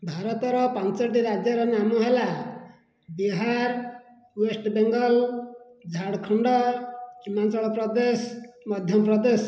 ଭାରତର ପାଞ୍ଚଟି ରାଜ୍ୟର ନାମ ହେଲା ବିହାର ୱେଷ୍ଟ ବେଙ୍ଗଲ ଝାଡ଼ଖଣ୍ଡ ହିମାଞ୍ଚଳ ପ୍ରଦେଶ ମଧ୍ୟପ୍ରଦେଶ